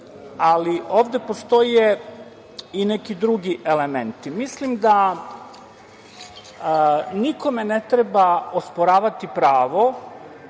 ali ovde postoje i neki drugi elementi. Mislim da nikome ne treba osporavati pravo